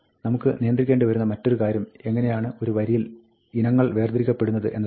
നമുക്ക് നിയന്ത്രിക്കേണ്ടി വരുന്ന മറ്റൊരു കാര്യം എങ്ങിനെയാണ് ഒരു വരിയിൽ ഇനങ്ങൾ വേർതിരിക്കപ്പെടുന്നത് എന്നതാണ്